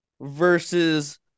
versus